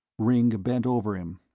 ringg bent over him.